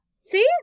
see